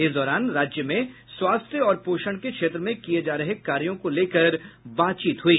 इस दौरान राज्य में स्वास्थ्य और पोषण के क्षेत्र में किये जा रहे कार्यो को लेकर बातचीत हुई